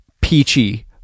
peachy